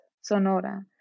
Sonora